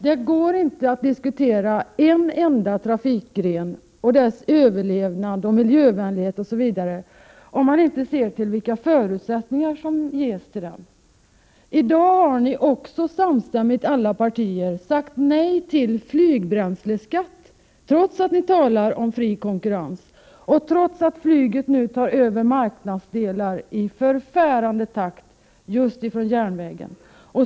Det går inte att diskutera en enda trafikgren och dess överlevnad och miljövänlighet osv., om man inte ser till vilka förutsättningar som ges för den. I dag har ni i alla partier samstämmigt sagt nej till flygbränsleskatt, trots att ni talar om fri konkurrens och trots att flyget tar över marknadsandelar i förfärande takt från järnvägen.